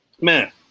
Man